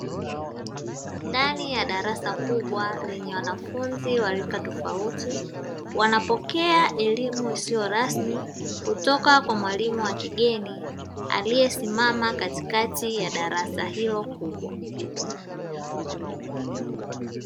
Ndani ya darasa kubwa lenye wanafunzi wa rika tofauti, wanapokea elimu isio rasmi kutoka kwa mwalimu wa kigeni aliyesimama katikati ya darasa hilo kubwa.